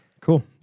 Cool